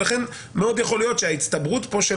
ולכן מאוד יכול להיות שההצטברות פה של